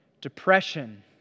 depression